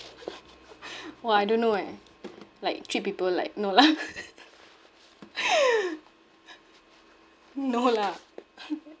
!wah! I don't know eh like three people like no lah no lah